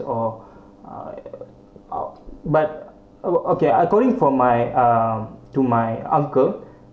or uh or but oh okay according for my uh to my uncle